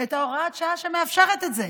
את הוראת השעה שמאפשרת את זה?